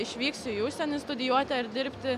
išvyksiu į užsienį studijuoti ar dirbti